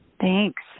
Thanks